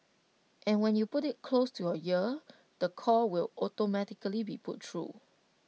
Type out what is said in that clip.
and when you put IT close to your ear the call will automatically be put through